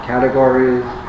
categories